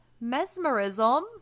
mesmerism